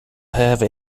have